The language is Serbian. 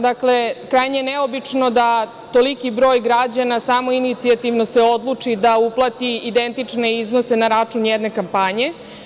Dakle, krajnje je neobično da se toliki broj građana samoinicijativno odluči da uplati identične iznose na račun jedne kampanje.